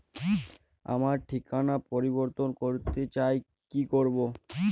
আমার ঠিকানা পরিবর্তন করতে চাই কী করব?